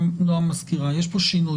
שינוי.